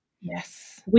Yes